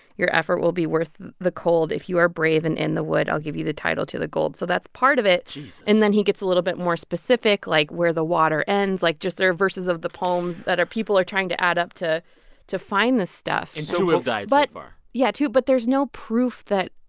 your effort will be worth the cold. if you are brave and in the wood, i'll give you the title to the gold. so that's part of it jesus and then he gets a little bit more specific, like where the water ends. like just there are verses of the poem that are people are trying to add up to to find this stuff and two have died so like far? yeah, two. but there's no proof that.